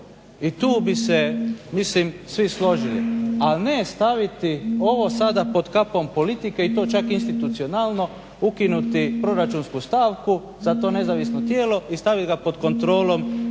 i tu bi se svi mislim složili, a ne staviti ovo sada pod kapom politike i to čak institucionalno ukinuti proračunsku stavku za to nezavisno tijelo i staviti ga pod kontrolom